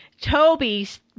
Toby's